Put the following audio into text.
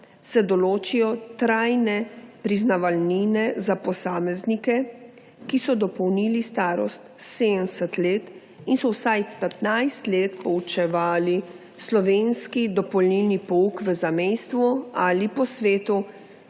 se določijo trajne priznavalnine za posameznike, ki so dopolnili starost 70 let in so vsaj 15 let poučevali slovenski dopolnilni pouk v zamejstvu ali po svetu